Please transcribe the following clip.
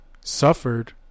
suffered